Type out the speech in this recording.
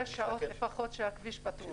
שש שעות לפחות שהכביש פתוח.